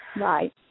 Right